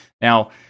now